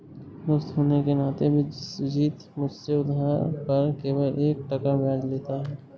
दोस्त होने के नाते विश्वजीत मुझसे उधार पर केवल एक टका ब्याज लेता है